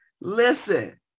Listen